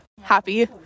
happy